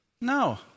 No